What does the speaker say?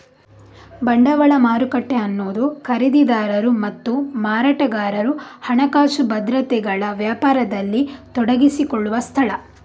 ಬಂಡವಾಳ ಮಾರುಕಟ್ಟೆ ಅನ್ನುದು ಖರೀದಿದಾರರು ಮತ್ತು ಮಾರಾಟಗಾರರು ಹಣಕಾಸು ಭದ್ರತೆಗಳ ವ್ಯಾಪಾರದಲ್ಲಿ ತೊಡಗಿಸಿಕೊಳ್ಳುವ ಸ್ಥಳ